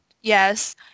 yes